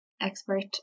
expert